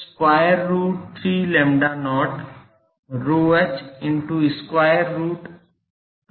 square root 3 lambda not ρh into square root 2 lambda not ρe हैं